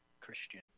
Christian